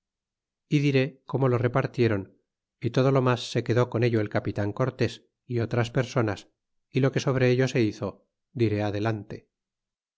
e diré como lo repartiéron é todo lo mas se quedó con ello el capitan cortés é otras personas y lo que sobre ello se hizo diré adelante